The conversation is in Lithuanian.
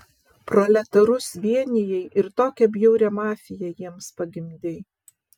proletarus vienijai ir tokią bjaurią mafiją jiems pagimdei